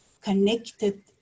connected